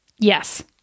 Yes